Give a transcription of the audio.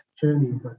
journeys